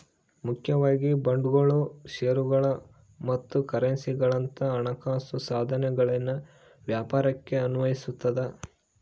ಮುಖ್ಯವಾಗಿ ಬಾಂಡ್ಗಳು ಷೇರುಗಳು ಮತ್ತು ಕರೆನ್ಸಿಗುಳಂತ ಹಣಕಾಸು ಸಾಧನಗಳಲ್ಲಿನ ವ್ಯಾಪಾರಕ್ಕೆ ಅನ್ವಯಿಸತದ